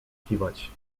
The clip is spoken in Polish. kiwać